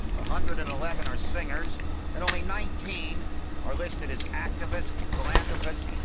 ah hundred and eleven are singers and only nineteen are listed as activists, philanthropists,